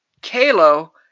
Kalo